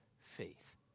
faith